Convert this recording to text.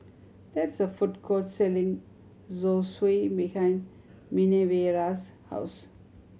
there is a food court selling Zosui behind Minervia's house